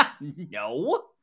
no